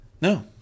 No